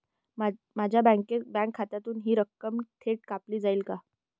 माझ्या बँक खात्यातून हि रक्कम थेट कापली जाईल का?